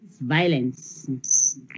Violence